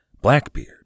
Blackbeard